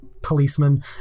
policemen